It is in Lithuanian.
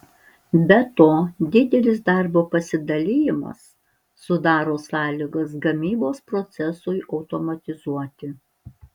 be to didelis darbo pasidalijimas sudaro sąlygas gamybos procesui automatizuoti